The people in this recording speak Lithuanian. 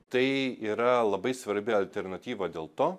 tai yra labai svarbi alternatyva dėl to